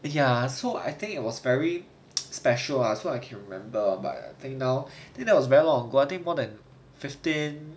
ya so I think it was very special ah so I can't remember but I think now that was very long ago more than fifteen